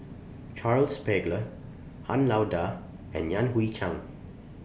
Charles Paglar Han Lao DA and Yan Hui Chang